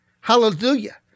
hallelujah